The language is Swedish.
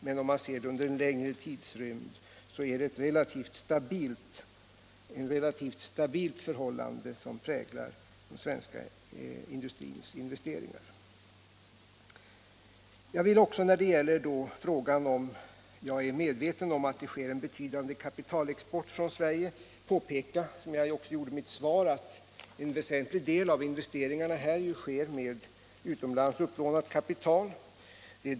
Men vid beaktande av en längre tidrymd är det ett relativt stabilt förhållande som präglar den svenska industrins investeringar. Jag vill också, när det gäller frågan om jag är medveten om att det sker en betydande kapitalexport från Sverige, påpeka — vilket jag även gjorde i mitt svar — att en väsentlig del av dessa investeringar sker med utomlands upplånat kapital.